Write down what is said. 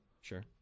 Sure